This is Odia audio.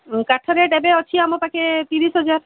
କାଠ ରେଟ୍ ଏବେ ଅଛି ଆମ ପାଖେ ତିରିଶ ହଜାର